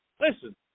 listen